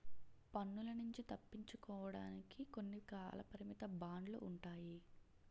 పన్నుల నుంచి తప్పించుకోవడానికి కొన్ని కాలపరిమిత బాండ్లు ఉంటాయి